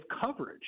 coverage